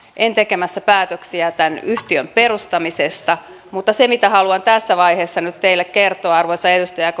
en tekemässä päätöksiä tämän yhtiön perustamisesta mutta se mitä haluan tässä vaiheessa nyt teille kertoa arvoisa edustaja ja